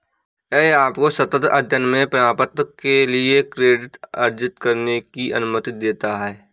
यह आपको सतत अध्ययन में प्रमाणपत्र के लिए क्रेडिट अर्जित करने की अनुमति देता है